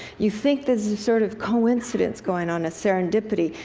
you think there's a sort of coincidence going on, a serendipity,